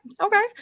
Okay